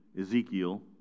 Ezekiel